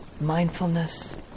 mindfulness